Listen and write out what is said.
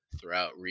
throughout